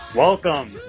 Welcome